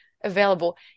available